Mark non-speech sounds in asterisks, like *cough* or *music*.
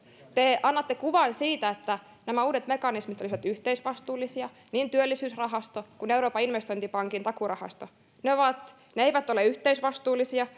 te annatte kuvan että nämä uudet mekanismit olisivat yhteisvastuullisia niin työllisyysrahasto kuin euroopan investointipankin takuurahasto ne eivät ole yhteisvastuullisia *unintelligible*